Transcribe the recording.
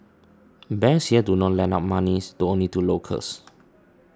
banks here do not lend out money only to locals